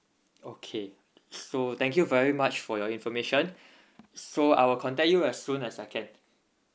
okay so thank you very much for your information so I will contact you as soon as I can